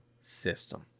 system